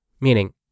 meaning